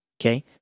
Okay